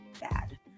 bad